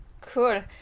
Cool